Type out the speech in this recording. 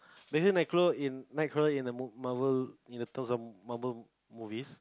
in Night crawler in the mo~ Marvel in the Marvel movies